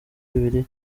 bibiliya